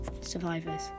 survivors